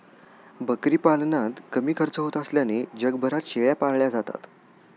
बकरी पालनात कमी खर्च होत असल्याने जगभरात शेळ्या पाळल्या जातात